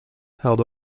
held